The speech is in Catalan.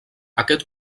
aquest